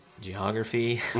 geography